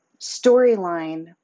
storyline